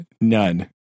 none